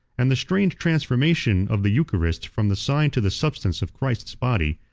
and the strange transformation of the eucharist from the sign to the substance of christ's body,